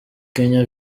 kenya